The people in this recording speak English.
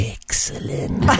Excellent